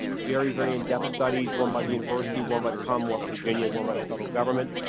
very, very in depth studies one by the university, one by the commonwealth of virginia, one by the federal government.